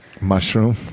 mushroom